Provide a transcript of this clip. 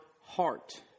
heart